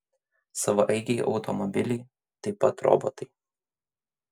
savaeigiai automobiliai taip pat robotai